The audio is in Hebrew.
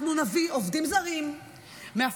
אנחנו נביא עובדים זרים מהפיליפינים,